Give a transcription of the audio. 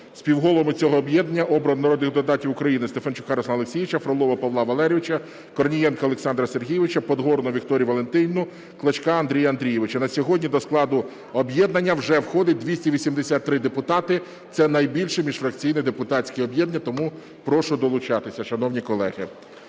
Співголовами цього об'єднання обрано народних депутатів України: Стефанчука Руслана Олексійовича, Фролова Павла Валерійовича, Корнієнка Олександра Сергійовича, Подгорну Вікторію Валентинівну, Клочка Андрія Андрійовича. На сьогодні до складу об'єднання вже входить 283 депутати – це найбільше міжфракційне депутатське об'єднання, тому прошу долучатися, шановні колеги.